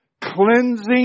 cleansing